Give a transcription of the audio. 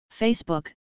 Facebook